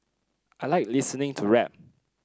I like listening to rap